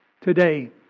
Today